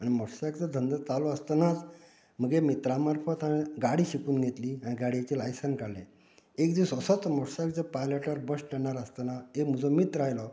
मोटसायकलीचो धंदो चालू आसतनाच म्हगे मित्रा मार्फत हांवें गाडी शिकून घेतली गाडयेचें लायसन काडलें एक दीस असोच मोटसायकलीच्या पायलटार बसस्टँडार आसतना एक म्हजो मित्र आयलो